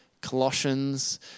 Colossians